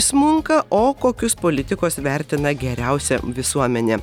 smunka o kokius politikos vertina geriausia visuomenė